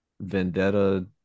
Vendetta